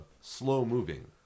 slow-moving